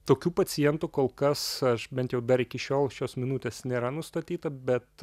tokių pacientų kol kas aš bent jau dar iki šiol šios minutės nėra nustatyta bet